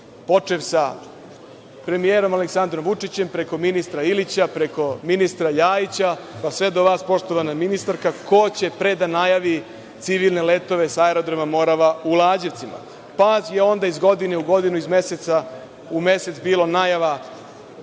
počev sa premijerom Aleksandrom Vučićem, preko ministra Ilića, preko ministra Ljajića, pa sve do vas, poštovana ministarka, ko će pre da najavi civilne letove sa aerodroma Morava u Lađevcima. Pa je onda iz godine u godinu, iz meseca u mesec bilo najava